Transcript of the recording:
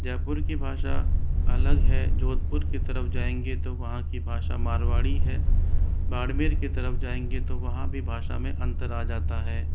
जयपुर कि भाषा अलग है जोधपुर की तरफ जाएंगे तो वहाँ की भाषा मारवाड़ी है बाड़मेर की तरफ जाएंगे तो वहाँ भी भाषा में अंतर आ जाता है